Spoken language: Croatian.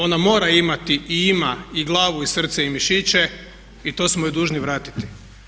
Ona mora imati i ima i glavu i srce i mišiće i to smo joj dužni vratiti.